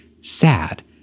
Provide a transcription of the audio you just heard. sad